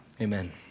Amen